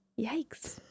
Yikes